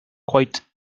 quite